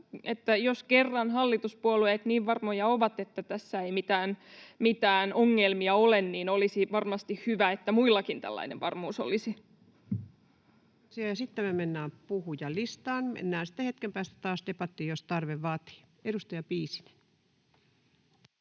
jos kerran hallituspuolueet niin varmoja ovat, että tässä ei mitään ongelmia ole, niin olisi varmasti hyvä, että muillakin tällainen varmuus olisi. Sitten me mennään puhujalistaan. Mennään sitten hetken päästä taas debattiin, jos tarve vaatii. — Edustaja Piisinen.